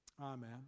Amen